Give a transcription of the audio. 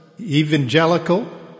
Evangelical